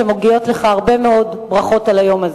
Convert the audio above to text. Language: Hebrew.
ומגיעות לך הרבה מאוד ברכות על היום הזה,